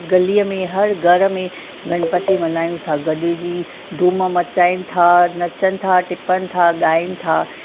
गलीअ में हर घर में गणपती मल्हाइनि था गॾिजी धूम मचाइनि था नचनि था टिपनि था ॻाइनि था